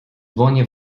dłonie